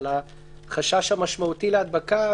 על החשש המשמעותי להדבקה,